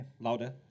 louder